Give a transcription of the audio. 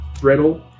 brittle